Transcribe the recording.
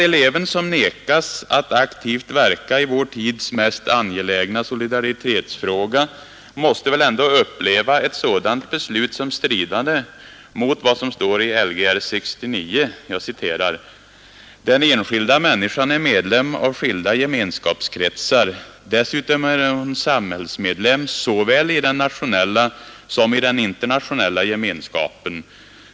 Eleven som nekas att aktivt verka i vår tids mest angelägna solidaritetsfråga måste väl ändå uppleva ett sådant beslut som stridande mot vad som står i Lgr 69: ”Den enskilda människan är medlem av skilda gemenskapskretsar. Dessutom är hon samhällsmedlem såväl i den nationella som i den internationella gemenskapen.